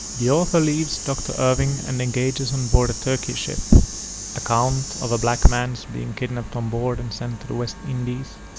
the author leaves doctor irving and engages on board a turkey ship account of a black man's being kidnapped on board and sent to the west indies,